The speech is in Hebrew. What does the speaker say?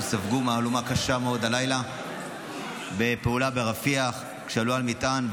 שספגו מהלומה קשה מאוד הלילה בפעולה ברפיח כשעלו על מטען,